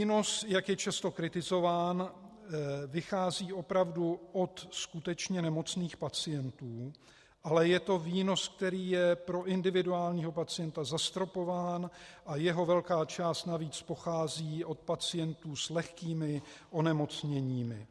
Výnos, jak je často kritizován, vychází opravdu od skutečně nemocných pacientů, ale je to výnos, který je pro individuálního pacienta zastropován, a jeho velká část navíc pochází od pacientů s lehkými onemocněními.